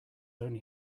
only